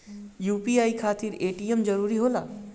UPI खातिर ATM जरूरी होला?